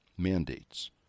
mandates